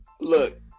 look